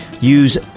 use